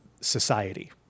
society